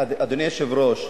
אדוני היושב-ראש,